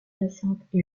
hyacinthe